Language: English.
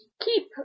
keep